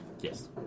Yes